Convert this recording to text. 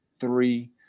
three